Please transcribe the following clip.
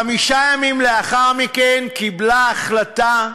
חמישה ימים לאחר מכן, קיבלה החלטה,